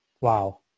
Wow